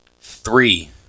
three